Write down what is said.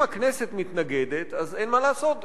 אם הכנסת מתנגדת אז אין מה לעשות,